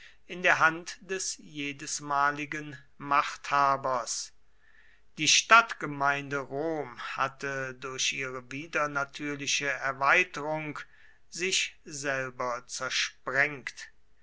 in der hand des jedesmaligen machthabers die stadtgemeinde rom hatte durch ihre widernatürliche erweiterung sich selber zersprengt